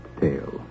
tale